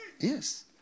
Yes